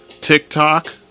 TikTok